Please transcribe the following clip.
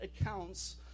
accounts